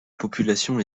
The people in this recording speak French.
population